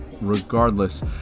regardless